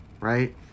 right